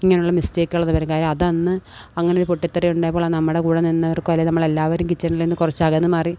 ഇങ്ങനെയുള്ള മിസ്റ്റേക്കുകൾ വരും കാര്യം അതന്ന് അങ്ങനൊരു പൊട്ടിത്തെറിയുണ്ടായപ്പോൾ നമ്മുടെ കൂടെ നിന്നവർക്കോ അല്ലെങ്കില് നമുക്കെല്ലാവരും കിച്ചണിൽ നിന്ന് കുറച്ചകന്ന് മാറി